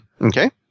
Okay